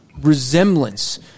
resemblance